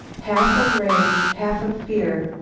half of rage, half of fear,